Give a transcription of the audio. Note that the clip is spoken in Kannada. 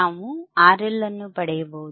ನಾವು RL ಅನ್ನು ಪಡೆಯಬಹುದು